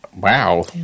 Wow